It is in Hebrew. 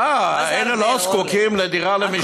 אה, אלה לא זקוקים לדיור למשתכן.